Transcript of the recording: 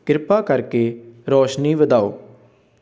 ਕਿਰਪਾ ਕਰਕੇ ਰੋਸ਼ਨੀ ਵਧਾਓ